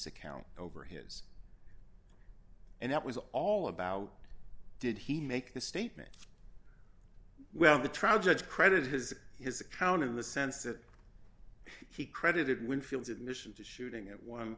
account over his and that was all about did he make the statement well the trial judge credit has his account in the sense that he credited winfield's admission to shooting at one